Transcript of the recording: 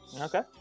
Okay